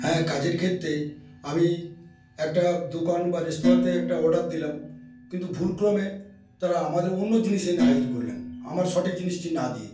হ্যাঁ কাজের ক্ষেত্রেই আমি একটা দোকান বা রেস্তোরাঁতে একটা অর্ডার দিলাম কিন্তু ভুলক্রমে তারা আমাদের অন্য জিনিস এনে হাজির করলেন আমার সঠিক জিনিসটি না দিয়ে